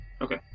Okay